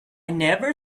never